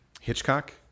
Hitchcock